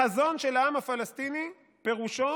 החזון של העם הפלסטיני פירושו